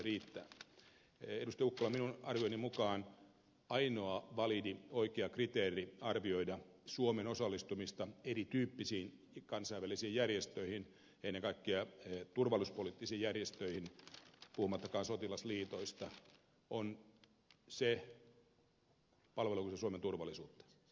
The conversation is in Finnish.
ukkola minun arvioni mukaan ainoa validi oikea kriteeri arvioida suomen osallistumista erityyppisiin kansainvälisiin järjestöihin ennen kaikkea turvallisuuspoliittisiin järjestöihin puhumattakaan sotilasliitoista on se palveleeko se suomen turvallisuutta